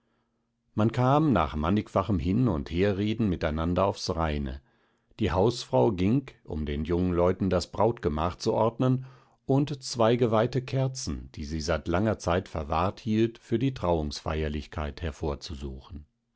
man kam nach mannigfachem hin und herreden miteinander aufs reine die hausfrau ging um den jungen leuten das brautgemach zu ordnen und zwei geweihte kerzen die sie seit langer zeit verwahrt hielt für die trauungsfeierlichkeit hervorzusuchen